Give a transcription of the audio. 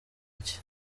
iki